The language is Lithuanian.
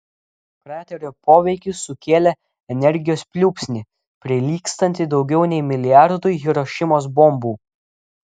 kraterio poveikis sukėlė energijos pliūpsnį prilygstantį daugiau nei milijardui hirošimos bombų